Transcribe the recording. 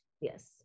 Yes